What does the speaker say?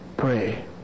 pray